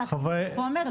--- עובד.